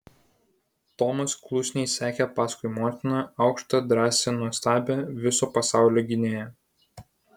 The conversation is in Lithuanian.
tomas klusniai sekė paskui motiną aukštą drąsią nuostabią viso pasaulio gynėją